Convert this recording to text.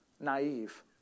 naive